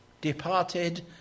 departed